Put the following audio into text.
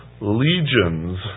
legions